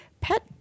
pet